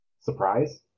surprise